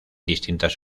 distintas